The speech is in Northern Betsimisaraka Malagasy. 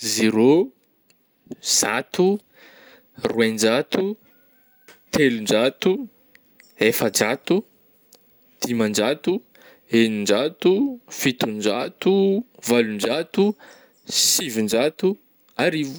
Zero, zato, roenjato, telonjato, efajato, dimanjato, eninajato, fitonjato, valonjato, sivinjato, arivo.